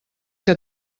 que